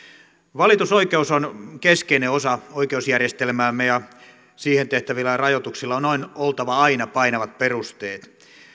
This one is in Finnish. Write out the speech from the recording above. valitusoikeus on keskeinen osa oikeusjärjestelmäämme ja siihen tehtävillä rajoituksilla on on oltava aina painavat perusteet